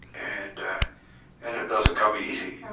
and and it doesn't come easy.